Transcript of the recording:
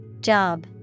Job